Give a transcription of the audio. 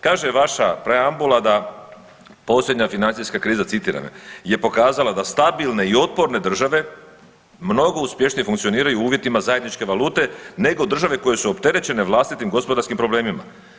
Kaže vaša preambula da posljednja financijska kriza, citiram je, je pokazala da stabilne i otporne države mnogo uspješnije funkcioniraju u uvjetima zajedničke valute nego države koje su opterećene vlastitim gospodarskim problemima.